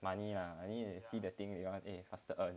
money lah and I mean you see the thing